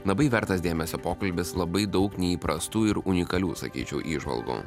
labai vertas dėmesio pokalbis labai daug neįprastų ir unikalių sakyčiau įžvalgų